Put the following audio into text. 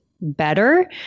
better